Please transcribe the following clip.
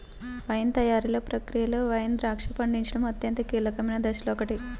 wine తయారీ ప్రక్రియలో wine ద్రాక్ష పండించడం అత్యంత కీలకమైన దశలలో ఒకటి